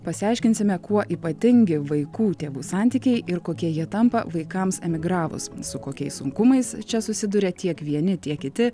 pasiaiškinsime kuo ypatingi vaikų tėvų santykiai ir kokie jie tampa vaikams emigravus su kokiais sunkumais čia susiduria tiek vieni tiek kiti